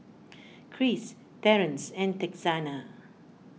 Cris Terrance and Texanna